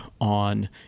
on